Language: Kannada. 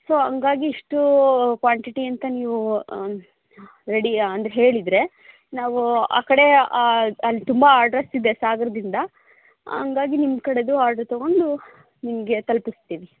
ಸೊ ಹಾಗಾಗಿ ಇಷ್ಟು ಕ್ವಾಂಟಿಟಿ ಅಂತ ನೀವು ರೆಡಿ ಅಂದ್ರೆ ಹೇಳಿದರೆ ನಾವು ಆ ಕಡೆ ಅಲ್ಲಿ ತುಂಬ ಆರ್ಡ್ರಸ್ ಇದೆ ಸಾಗರದಿಂದ ಹಂಗಾಗಿ ನಿಮ್ಮ ಕಡೆದೂ ಆರ್ಡ್ರ್ ತೊಗೊಂಡು ನಿಮಗೆ ತಲುಪಿಸ್ತೀವಿ